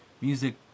music